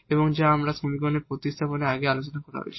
এবং যা আমরা সমীকরণে প্রতিস্থাপন আগে আলোচনা করা হয়েছে